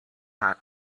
had